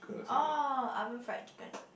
oh oven fried chicken